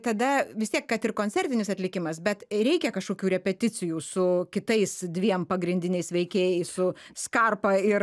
tada vis tiek kad ir koncertinis atlikimas bet reikia kažkokių repeticijų su kitais dviem pagrindiniais veikėjais su skarpa ir